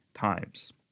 times